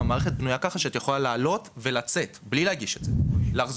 והמערכת גם בנויה כך שאת יכולה להעלות ולצאת בלי להגיש את זה לחזור,